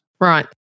Right